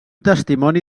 testimoni